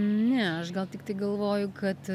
ne aš gal tiktai galvoju kad